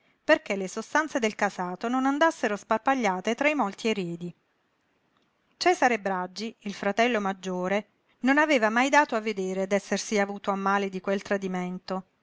perché le sostanze del casato non andassero sparpagliate tra molti eredi cesare braggi il fratello maggiore non aveva mai dato a vedere d'essersi avuto a male di quel tradimento